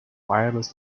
wireless